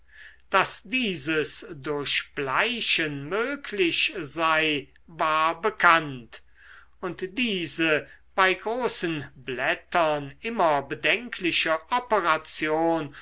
daß dieses durch bleichen möglich sei war bekannt und diese bei großen blättern immer bedenkliche operation